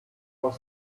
was